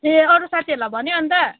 ए अरू साथीहरूलाई भन्यो अनि त